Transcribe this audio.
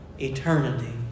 eternity